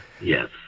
yes